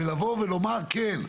צריך לבוא ולומר שכן,